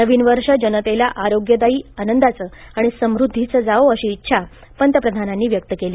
नवीन वर्ष जनतेला आरोग्यदायी आनंदाचं आणि समृद्धीचं जावो अशी इच्छा पंतप्रधानांनी व्यक्त केली